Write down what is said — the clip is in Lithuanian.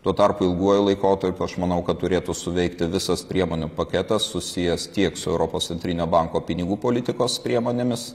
tuo tarpu ilguoju laikotarpiu aš manau kad turėtų suveikti visas priemonių paketas susijęs tiek su europos centrinio banko pinigų politikos priemonėmis